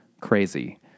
crazy